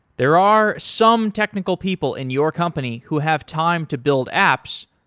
there are some technical people in your company who have time to build apps,